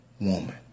woman